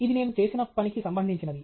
ఇది నేను చేసిన పని కి సంబంధిచినది